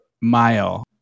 mile